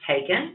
taken